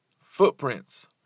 Footprints